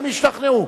הם השתכנעו.